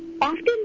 often